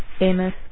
Amos